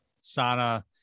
Sana